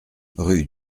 rue